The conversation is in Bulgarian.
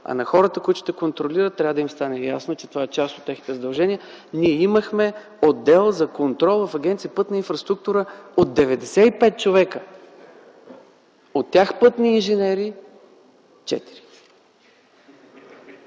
а на хората, които ще контролират, трябва да им стане ясно, че това е част от техните задължения. Ние имахме отдел за контрол в Агенция „Пътна инфраструктура” – от 95 човека, от тях пътни инженери –